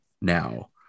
now